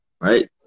right